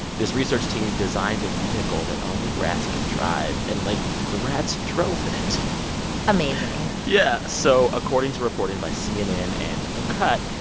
this research team designed a vehicle that only rats can drive. and, like, the rats drove it amazing yeah. so according to reporting by cnn and the cut,